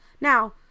now